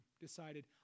decided